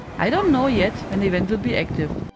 i don't know yet when the event will be active,